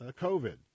COVID